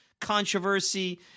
controversy